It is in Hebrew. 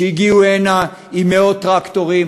שהגיעו הנה עם מאות טרקטורים,